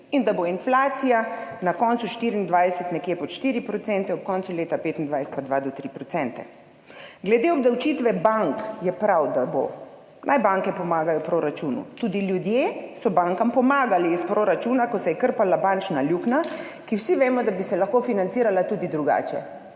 in da bo inflacija na koncu 2024 nekje pod 4 %, ob koncu leta 2025 pa 2 do 3 %. Glede obdavčitve bank je prav, da bo. Naj banke pomagajo proračunu, tudi ljudje so bankam pomagali iz proračuna, ko se je krpala bančna luknja, za katero vsi vemo, da bi se lahko financirala tudi drugače.